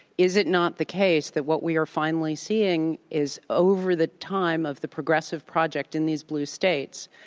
is it not the case that what we are finally seeing is over the time of the progressive project in these blue states,